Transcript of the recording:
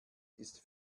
ist